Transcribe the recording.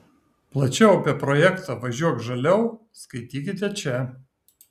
plačiau apie projektą važiuok žaliau skaitykite čia